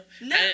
No